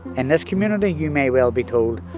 and this community, you may well be told,